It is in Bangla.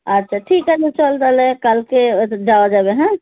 আচ্ছা ঠিক আছে চল তাহলে কালকে ওতে যাওয়া যাবে হ্যাঁ